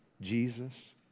Jesus